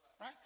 right